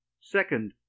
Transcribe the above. Second